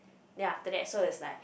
then after that so it's like